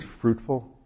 fruitful